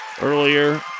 earlier